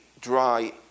dry